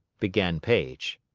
began paige.